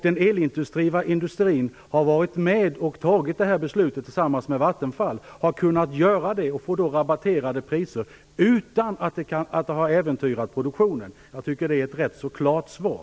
Denna industri har fattat detta beslut tillsammans med Vattenfall och har därigenom fått rabatterade priser utan att produktionen har äventyrats. Jag tycker att det är ett rätt så klart svar.